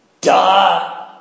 Duh